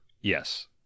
Yes